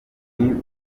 umukino